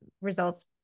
results